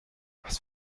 was